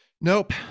nope